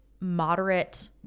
moderate